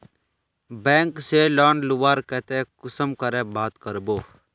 Bank से loan लुबार केते कुंसम करे बात करबो?